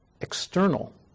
external